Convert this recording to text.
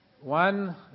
One